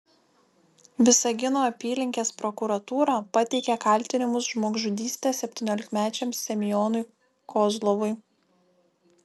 visagino apylinkės prokuratūra pateikė kaltinimus žmogžudyste septyniolikmečiam semionui kozlovui